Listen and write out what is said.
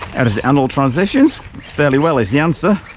how does it handle transitions fairly well is the answer